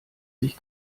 sich